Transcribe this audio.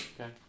Okay